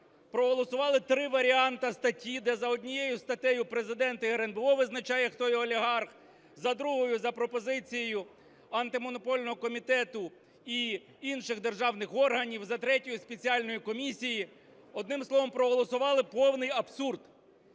проголосували три варіанти статті, де за однією статтею Президент і РНБО визначає, хто є олігарх, за другою – за пропозицією Антимонопольного комітету і інших державних органів, за третьою – спеціальною комісією, одним словом проголосували повний абсурд.